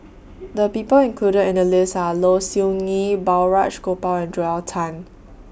The People included in The list Are Low Siew Nghee Balraj Gopal and Joel Tan